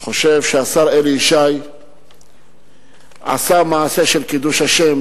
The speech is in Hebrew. חושב שהשר אלי ישי עשה מעשה של קידוש השם,